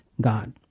God